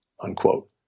unquote